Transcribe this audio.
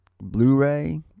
blu-ray